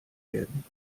werden